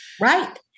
Right